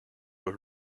were